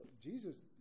Jesus